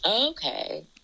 Okay